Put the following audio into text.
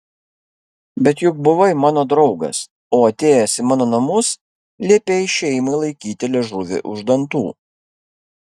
bet juk buvai mano draugas o atėjęs į mano namus liepei šeimai laikyti liežuvį už dantų